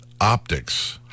optics